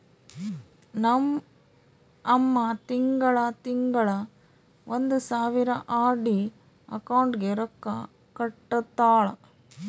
ನಮ್ ಅಮ್ಮಾ ತಿಂಗಳಾ ತಿಂಗಳಾ ಒಂದ್ ಸಾವಿರ ಆರ್.ಡಿ ಅಕೌಂಟ್ಗ್ ರೊಕ್ಕಾ ಕಟ್ಟತಾಳ